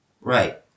Right